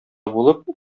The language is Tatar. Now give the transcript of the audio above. булып